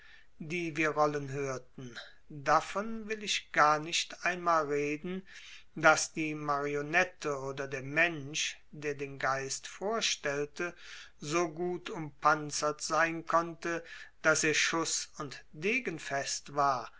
die wir rollen hörten davon will ich gar nicht einmal reden daß die marionette oder der mensch der den geist vorstellte so gut umpanzert sein konnte daß er schuß und degenfest war